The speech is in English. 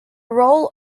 role